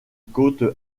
côtes